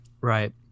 Right